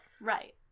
Right